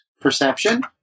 Perception